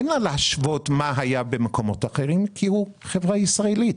אין לה להשוות מה היה במקומות אחרים כי זאת חברה ישראלית.